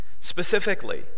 specifically